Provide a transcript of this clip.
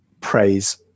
praise